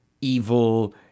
evil